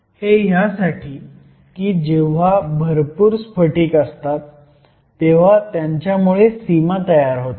हे ह्यासाठी की जेव्हा भरपूर स्फटिक असतात तेव्हा त्यांच्यामुळे सीमा तयार होतात